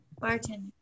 Bartender